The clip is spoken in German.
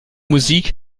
musik